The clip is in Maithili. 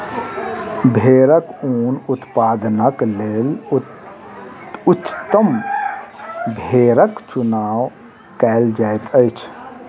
भेड़क ऊन उत्पादनक लेल उच्चतम भेड़क चुनाव कयल जाइत अछि